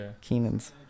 Keenan's